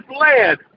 land